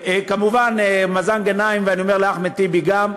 כמובן, מאזן גנאים, ואני אומר לאחמד טיבי, גם